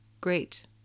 Great